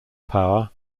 power